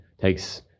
takes